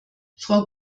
frau